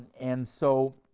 and, so,